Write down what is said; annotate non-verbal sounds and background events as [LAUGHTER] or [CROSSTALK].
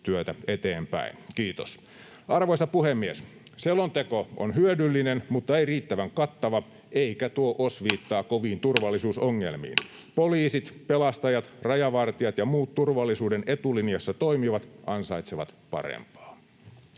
Arvoisa puhemies! Selonteko on hyödyllinen mutta ei riittävän kattava eikä tuo osviittaa [NOISE] koviin turvallisuusongelmiin. Poliisit, pelastajat, rajavartijat ja muut turvallisuuden etulinjassa toimivat ansaitsevat parempaa.